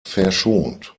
verschont